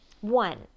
One